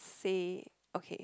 say okay